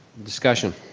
discussion.